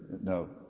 no